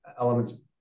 elements